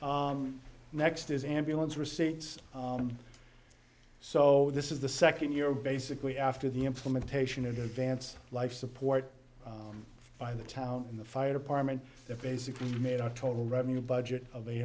n next is ambulance receipts so this is the second year basically after the implementation of the advanced life support by the town in the fire department it basically made our total revenue budget of a